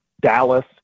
Dallas